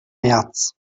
märz